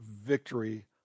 victory